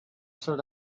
sort